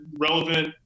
Relevant